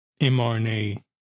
mRNA